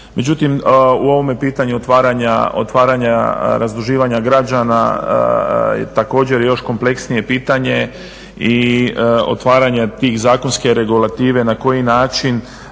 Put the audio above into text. Međutim u ovome pitanju otvaranja razduživanja građana je također još kompleksnije pitanje i otvaranje te zakonske regulative na koji način